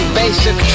basic